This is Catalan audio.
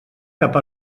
cap